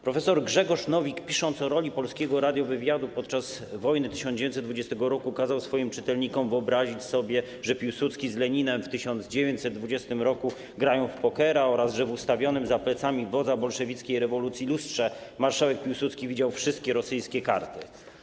Prof. Grzegorz Nowik, pisząc o roli polskiego radiowywiadu podczas wojny 1920 r., kazał swoim czytelnikom wyobrazić sobie, że Piłsudski z Leninem w 1920 r. grają w pokera oraz że w ustawionym za plecami wodza bolszewickiej rewolucji lustrze marszałek Piłsudski widział wszystkie rosyjskie karty.